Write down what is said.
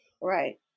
Right